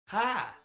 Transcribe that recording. Hi